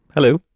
hello.